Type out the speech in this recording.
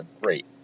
great